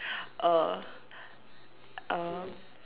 err a